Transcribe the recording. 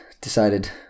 decided